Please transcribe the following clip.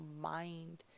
mind